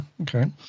Okay